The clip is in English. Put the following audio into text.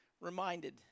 reminded